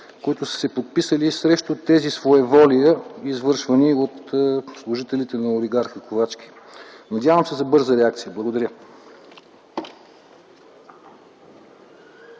които са се подписали срещу тези своеволия, извършвани от служителите на олигарха Ковачки. Надявам се на бърза реакция. Благодаря.